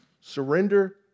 Surrender